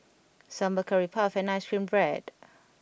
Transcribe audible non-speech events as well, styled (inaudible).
Sambal Curry Puff and Ice Cream Bread (noise)